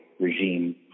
regime